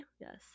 yes